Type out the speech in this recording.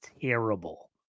terrible